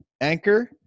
Anchor